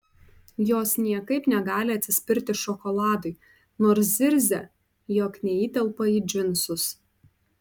jos niekaip negali atsispirti šokoladui nors zirzia jog neįtelpa į džinus